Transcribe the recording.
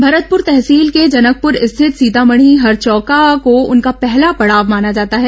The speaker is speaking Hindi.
भरतपुर तहसील के जनकपुर स्थित सीतामढ़ी हरचौका को उनका पहला पड़ाव माना जाता है